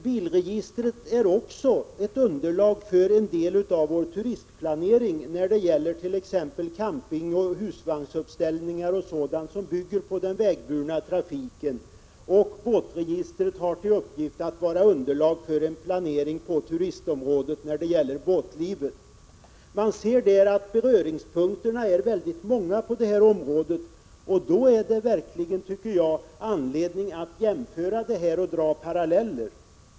Bilregistret är också ett underlag för den del av turistplaneringen, t.ex. när det gäller camping och husvagnsuppställning, som bygger på den vägburna trafiken. Båtregistret har till uppgift att bilda underlag för en planering på turistområdet när det gäller båtlivet. Man ser att beröringspunkterna är många, och då tycker jag det verkligen finns anledning att jämföra och dra paralleller.